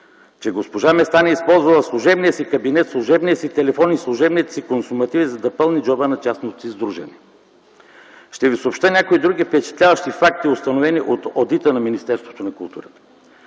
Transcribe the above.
че госпожа Местан е използвала служебния си кабинет, служебния си телефон и служебните си консумативи, за да пълни джоба на частното си сдружение. Ще Ви съобщя някои други впечатляващи факти, установени от одита на Министерството на културата.